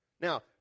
Now